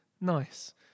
Nice